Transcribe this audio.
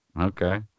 Okay